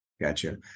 gotcha